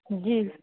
جی